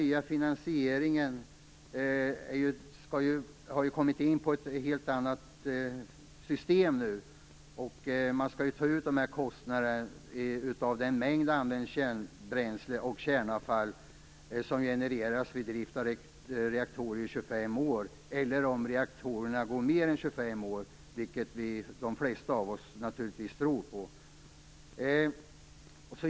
Finansieringen sker nu enligt ett helt annat system. Kostnaderna skall tas efter den mängd använt kärnbränsle och kärnavfall som genereras vid drift av reaktorerna i 25 år eller vid drift i mer än 25 år, något som de flesta av oss naturligtvis tror på.